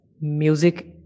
music